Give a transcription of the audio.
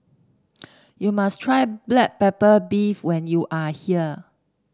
you must try Black Pepper Beef when you are here